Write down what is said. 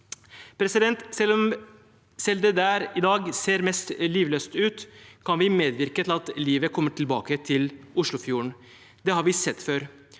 høring. Selv der det i dag ser mest livløst ut, kan vi medvirke til at livet kommer tilbake i Oslofjorden – det har vi sett før.